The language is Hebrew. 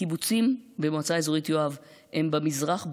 הקיבוצים במועצה האזורית יואב הם: במזרח,